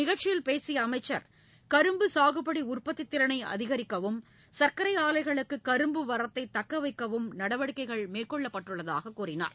நிகழ்ச்சியில் பேசிய அமைச்சர் கரும்பு சாகுபடி உற்பத்தித் திறனை அதிகரிக்கவும் சர்க்கரை ஆலைகளுக்கு கரும்பு வரத்தை தக்க வைக்கவும் நடவடிக்கைகள் மேற்கொள்ளப்பட்டுள்ளதாக கூறினார்